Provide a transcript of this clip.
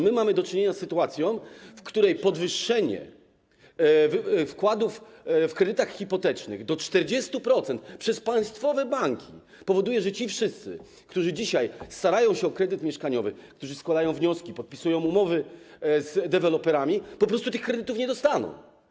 Mamy do czynienia z sytuacją, w której podwyższenie wkładów własnych w kredytach hipotecznych do 40% przez państwowe banki powoduje, że ci wszyscy, którzy dzisiaj starają się o kredyt mieszkaniowy, którzy składają wnioski, podpisują umowy z deweloperami, po prostu tych kredytów nie dostaną.